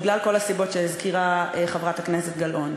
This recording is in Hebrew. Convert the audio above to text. בגלל כל הסיבות שהזכירה חברת הכנסת גלאון.